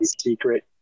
secret